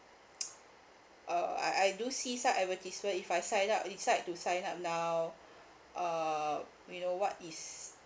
uh I I do see some advertisement if I sign up decide to sign now uh you know what is